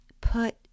put